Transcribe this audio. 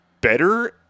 better